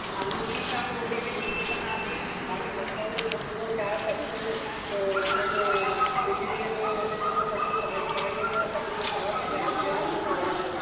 हलो ठीकु आहे पोइ उनखे ॾिसी वठंदासीं बाक़ी मकान जो त पूरो ख़्याल रखिजो इनजो बिजलीअ जो इनजो सॼो पाणी पाणीअ जा सभु उहे तव्हांखे ध्यानु ॾियणो अथव उनजो